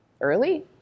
Early